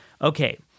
Okay